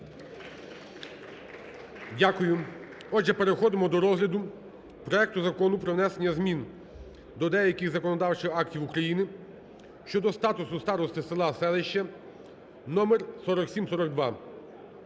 Дякую. Отже, переходимо до розгляду проекту Закону про внесення змін до деяких законодавчих актів України (щодо статусу старости села, селища) (№ 4742).